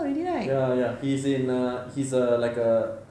ya ya he's in err he's uh like a